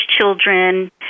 children